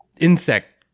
insect